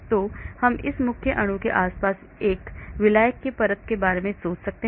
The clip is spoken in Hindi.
तो हम इस मुख्य अणु के आसपास एक विलायक परत के बारे में सोच सकते हैं